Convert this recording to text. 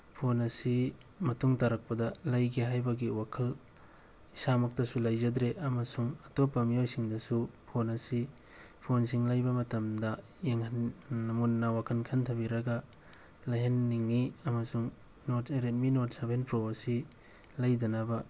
phone ꯑꯁꯤ ꯃꯇꯨꯡ ꯇꯥꯔꯛꯄꯗ ꯂꯩꯒꯦ ꯍꯥꯏꯕꯒꯤ ꯋꯥꯈꯜ ꯏꯁꯥꯃꯛꯇꯁꯨ ꯂꯩꯖꯗ꯭ꯔꯦ ꯑꯃꯁꯨꯡ ꯑꯇꯣꯞꯄ ꯃꯤꯑꯣꯏꯁꯤꯡꯗꯁꯨ ꯐꯣꯟ ꯑꯁꯤ ꯐꯣꯟꯁꯤꯡ ꯂꯩꯕ ꯃꯇꯝꯗ ꯃꯨꯟꯅ ꯋꯥꯈꯜ ꯈꯟꯊꯕꯤꯔꯒ ꯂꯩꯍꯟꯅꯤꯡꯉꯤ ꯑꯃꯁꯨꯡ ꯔꯦꯠꯃꯤ ꯅꯣꯠ ꯁꯕꯦꯟ ꯄ꯭ꯔꯣ ꯑꯁꯤ ꯂꯩꯗꯅꯕ